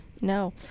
no